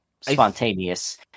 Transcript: spontaneous